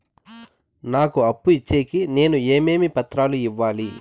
నాకు అప్పు ఇచ్చేకి నేను ఏమేమి పత్రాలు ఇవ్వాలి